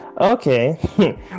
okay